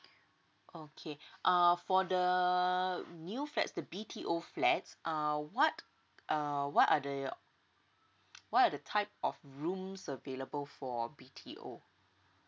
okay uh for the new flats the B_T_O flats uh what uh what are the what are the type of rooms available for B_T_O